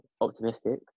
optimistic